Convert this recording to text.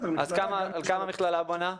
על כמה מכללה בונה?